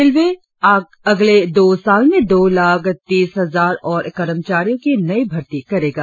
railway अगले दो साल में दो लाख तीस हजार और कर्मचारियों की नई भर्ती करेगा